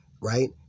right